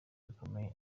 bikomeye